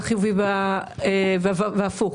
והפוך.